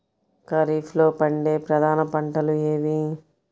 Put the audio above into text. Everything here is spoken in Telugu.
ఖరీఫ్లో పండే ప్రధాన పంటలు ఏవి?